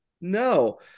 no